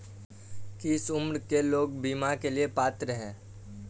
किस उम्र के लोग बीमा के लिए पात्र हैं?